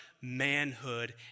manhood